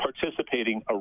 participating